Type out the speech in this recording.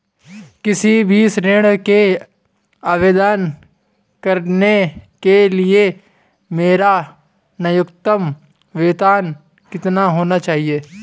किसी भी ऋण के आवेदन करने के लिए मेरा न्यूनतम वेतन कितना होना चाहिए?